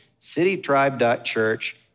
citytribe.church